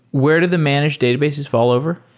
where did the managed databases fall over?